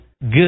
good